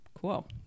Cool